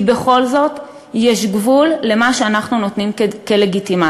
כי בכל זאת יש גבול למה שאנחנו נותנים כלגיטימציה.